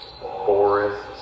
forest